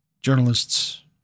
journalists